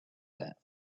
that